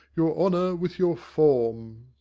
your honour with your form.